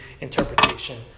interpretation